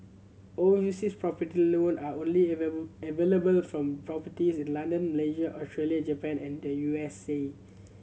over uses profit loan are only available from properties in London Malaysia Australia Japan and the U S A